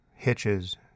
Hitches